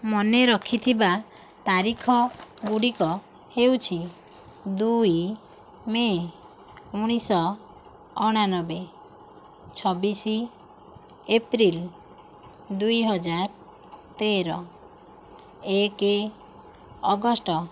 ମନେ ରଖିଥିବା ତାରିଖ ଗୁଡ଼ିକ ହେଉଛି ଦୁଇ ମେ ଉଣେଇଶହ ଅଣାନବେ ଛବିଶ ଏପ୍ରିଲ ଦୁଇହଜାର ତେର ଏକ ଅଗଷ୍ଟ